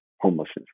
homelessness